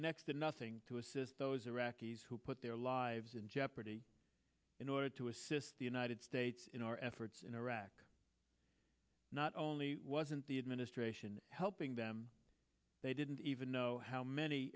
next to nothing to assist those iraqis who put their lives in jeopardy in order to assist the united states in our efforts in iraq not only wasn't the administration helping them they didn't even know how many